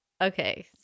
Okay